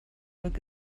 look